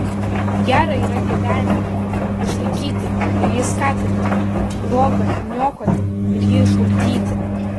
gera yra gyvenimą išlaikyti ir jį skatinti bloga niokoti ir jį žlugdyti